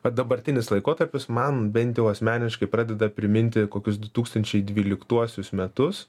va dabartinis laikotarpis man bent jau asmeniškai pradeda priminti kokius du tūkstančiai dvyliktuosius metus